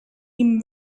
him